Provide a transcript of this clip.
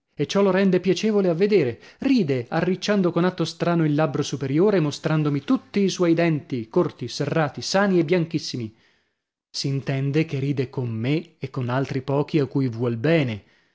e ciò lo rende piacevole a vedere ride arricciando con atto strano il labbro superiore e mostrandomi tutti i suoi denti corti serrati sani e bianchissimi s'intende che ride con me e con altri pochi a cui vuol bene